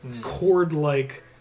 cord-like